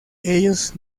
ellos